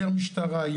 יותר משטרה,